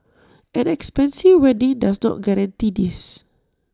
an expensive wedding does not guarantee this